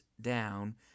down